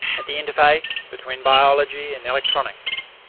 at the interface between biology and electronics,